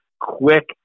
quick